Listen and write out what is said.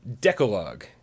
Decalogue